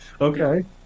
Okay